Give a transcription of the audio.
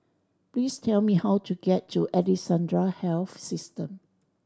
please tell me how to get to Alexandra Health System